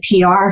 PR